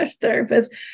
therapist